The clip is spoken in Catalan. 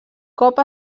cop